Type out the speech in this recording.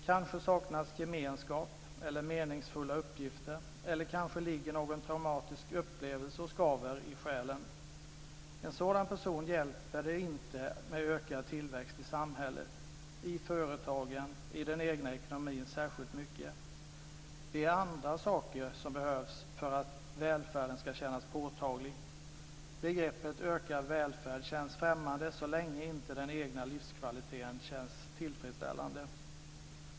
Kanske saknas gemenskap eller meningsfulla uppgifter eller så kanske någon traumatisk upplevelse skaver i själen. För en sådan person hjälper inte ökad tillväxt i samhället, i företagen eller i den egna ekonomin särskilt mycket. Det är andra saker som behövs för att välfärden ska kännas påtaglig. Begreppet ökad välfärd känns främmande så länge den egna livskvaliteten inte känns tillfredsställande.